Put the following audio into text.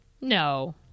no